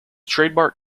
trademark